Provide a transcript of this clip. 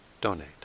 donate